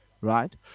right